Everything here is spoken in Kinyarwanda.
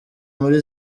muri